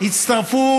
הצטרפו